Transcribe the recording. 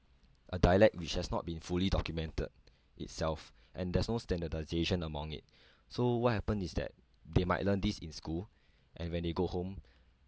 a dialect which has not been fully documented itself and there's no standardisation among it so what happen is that they might learn this in school and when they go home